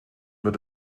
wird